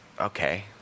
Okay